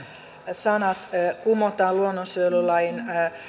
sanat kumotaan luonnonsuojelulain